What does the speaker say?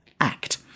act